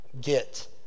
get